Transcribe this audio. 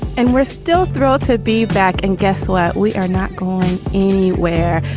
and we're still thrilled to be back. and guess what? we are not going anywhere.